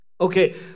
Okay